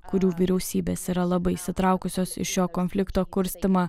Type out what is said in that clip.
kurių vyriausybės yra labai įsitraukusios į šio konflikto kurstymą